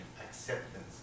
acceptance